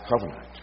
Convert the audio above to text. covenant